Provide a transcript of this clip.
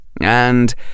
And